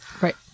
Right